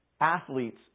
athletes